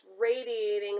radiating